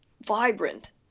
vibrant